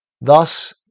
Thus